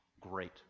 great